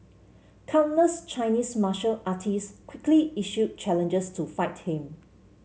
countless Chinese martial artists quickly issued challenges to fight him